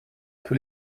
tous